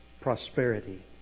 prosperity